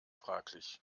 fraglich